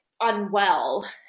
unwell